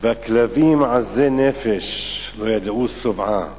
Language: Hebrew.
"והכלבים עזי נפש לא ידעו שבעה